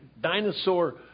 dinosaur